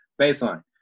Baseline